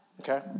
Okay